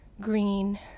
Green